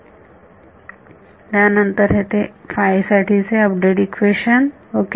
आणि त्यानंतर हे होते साठी चे अपडेट इक्वेशन ओके